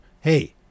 hey